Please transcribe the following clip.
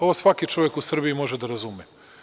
Ovo svaki čovek u Srbiji može da razume.